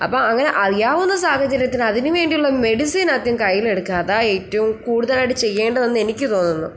അപ്പോൾ അങ്ങനെ അറിയാവുന്ന സാഹചര്യത്തിൽ അതിനു വേണ്ടിയുള്ള മെഡിസിൻ ആദ്യം കയ്യിലെടുക്കുക അതാണ് ഏറ്റവും കൂടുതലായിട്ട് ചെയ്യേണ്ടതെന്ന് എനിക്ക് തോന്നുന്നു